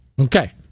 Okay